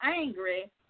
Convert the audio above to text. angry